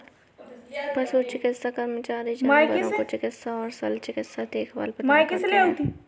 पशु चिकित्सा कर्मचारी जानवरों को चिकित्सा और शल्य चिकित्सा देखभाल प्रदान करता है